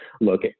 look